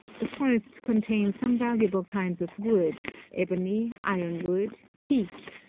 the forests contain some valuable kinds of wood, ebony, iron-wood, teak,